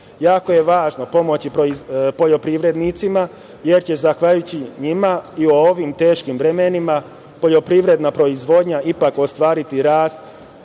je važno pomoći poljoprivrednicima, jer će zahvaljujući njima u ovim teškim vremenima poljoprivredna proizvodnja ipak ostvariti rast